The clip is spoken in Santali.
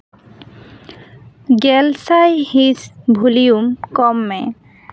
ᱜᱮᱞᱥᱟᱭ ᱦᱤᱸᱥ ᱵᱷᱩᱞᱤᱭᱩᱢ ᱠᱚᱢ ᱢᱮ